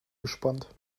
gespannt